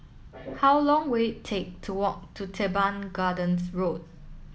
how long will it take to walk to Teban Gardens Road